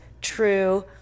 true